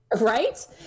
right